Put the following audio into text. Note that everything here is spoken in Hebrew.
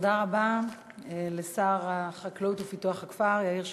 תודה רבה לשר החקלאות ופיתוח הכפר יאיר שמיר.